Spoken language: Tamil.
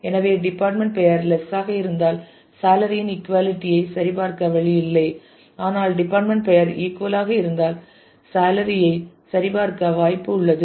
எனவே டிபார்ட்மெண்ட் பெயர் லெஸ் ஆக இருந்தால் சேலரி இன் இகுவாலிட்டி ஐ சரிபார்க்க வழி இல்லை ஆனால் டிபார்ட்மெண்ட் பெயர் இகுவல் ஆக இருந்தால் சேலரி ஐ சரிபார்க்க வாய்ப்பு உள்ளது